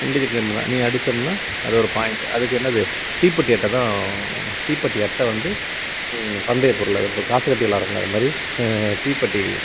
individual game தான் நீ அடிச்சோம்னா அது ஒரு பாயிண்ட் அதுக்கு என்னது தீப்பெட்டி அட்டைதான் தீப்பெட்டி அட்டை வந்து பந்தைய பொருள் அது இப்போ காசு கட்டி விளாட்றம்ல அதுமாதிரி தீப்பெட்டி